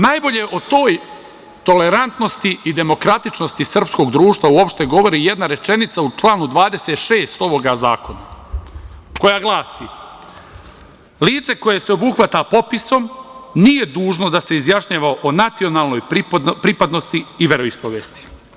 Najbolje o toj tolerantnosti i demokratičnosti srpskog društva uopšte govori jedna rečenica u članu 26. ovog zakona, koja glasi: „Lice koje se obuhvata popisom nije dužno da se izjašnjava o nacionalnoj pripadnosti i veroispovesti“